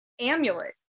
amulet